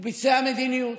הוא ביצע מדיניות.